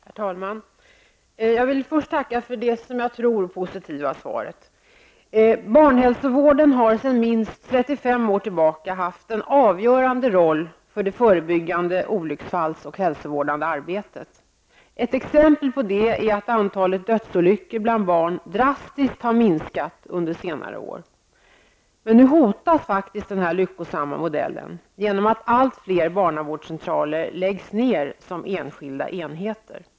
Herr talman! Jag vill första tacka för det -- som jag tror -- positiva svaret. Barnhälsovården har sedan minst 35 år tillbaka haft en avgörande roll för det förebyggande olycksfallsarbete och för det hälsovårdande arbetet. Ett exempel på detta är att antalet dödsolyckor bland barn drastiskt har minskat under senare år. Men nu hotas den så lyckosamma modellen genom att allt fler barnavårdscentraler läggs ned som enskilda enheter.